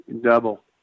double